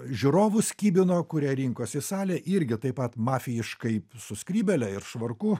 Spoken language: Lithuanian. žiūrovus kibino kurie rinkosi į salę irgi taip pat mafijiškai su skrybėle ir švarku